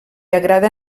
agrada